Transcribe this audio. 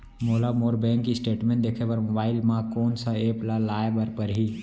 मोला मोर bank statement देखे बर मोबाइल मा कोन सा एप ला लाए बर परही?